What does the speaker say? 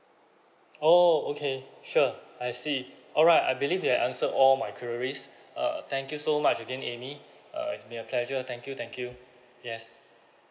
oh okay sure I see alright I believe that answered all my queries uh thank you so much again amy uh it's been a pleasure thank you thank you yes